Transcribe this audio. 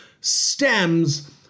stems